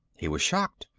he was shocked.